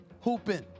hooping